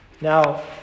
Now